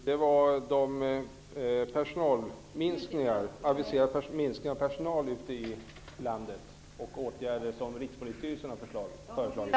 Herr talman! Den handlade om den aviserade minskningen av personal ute i landet och om åtgärder som Rikspolisstyrelsen har föreslagit.